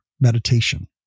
meditation